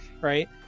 Right